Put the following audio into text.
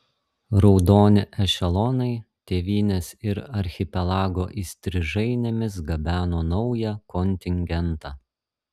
raudoni ešelonai tėvynės ir archipelago įstrižainėmis gabeno naują kontingentą